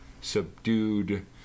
subdued